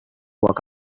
woke